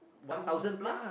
one thousand plus